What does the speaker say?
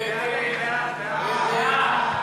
ההסתייגות של קבוצת סיעת ש"ס,